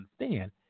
understand